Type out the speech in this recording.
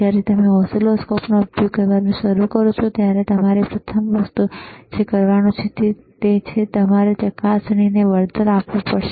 જ્યારે તમે ઓસિલોસ્કોપનો ઉપયોગ કરવાનું શરૂ કરો છો ત્યારે તમારે પ્રથમ વસ્તુ જે કરવાનું છે તે છે તમારે ચકાસણીને વળતર આપવું પડશે